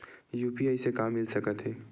UPI से का मिल सकत हे?